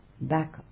back